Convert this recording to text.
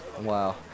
Wow